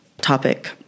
topic